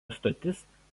stotis